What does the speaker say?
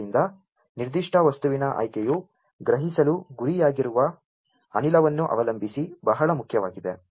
ಆದ್ದರಿಂದ ನಿರ್ದಿಷ್ಟ ವಸ್ತುವಿನ ಆಯ್ಕೆಯು ಗ್ರಹಿಸಲು ಗುರಿಯಾಗಿರುವ ಅನಿಲವನ್ನು ಅವಲಂಬಿಸಿ ಬಹಳ ಮುಖ್ಯವಾಗಿದೆ